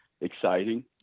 exciting